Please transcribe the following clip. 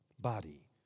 body